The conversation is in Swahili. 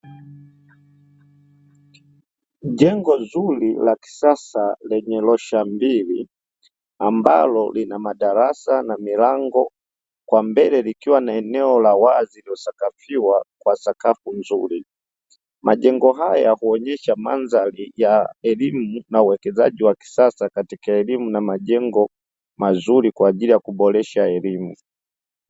Jengo zuri la kisasa lenye losha mbili, ambalo lina madarasa na milango kwa mbele likiwa na eneo la wazi lililosafiwa kwa sakafu nzuri, majengo haya huonyesha mandhari ya elimu na uwekezaji wa kisasa katika elimu na majengo mazuri kwa ajili ya kuboresha elimu.